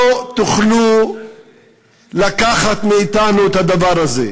לא תוכלו לקחת מאתנו את הדבר הזה,